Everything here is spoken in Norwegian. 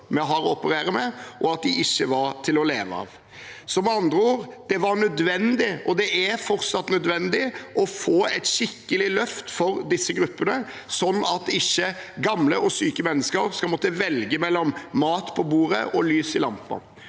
vi har å operere med, og de ikke var til å leve av. Med andre ord var det nødvendig, og det er fortsatt nødvendig, å få et skikkelig løft for disse gruppene, sånn at ikke gamle og syke mennesker skal måtte velge mellom mat på bordet og lys i lampen.